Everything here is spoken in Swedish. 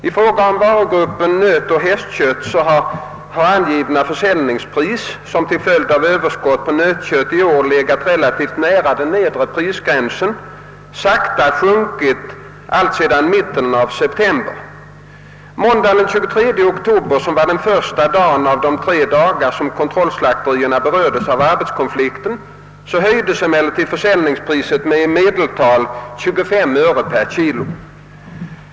I fråga om varugruppen nötoch hästkött har försäljningspriset, som till följd av överskott på nötkött i år legat relativt nära den nedre prisgränsen, sakta sjunkit alltsedan mitten av september. Måndagen den 24 oktober, som var den första dagen av de tre dagar som kontrollslakterierna berördes av arbetskonflikten, höjdes emellertid försäljningspriset med i medeltal 25 öre per kg.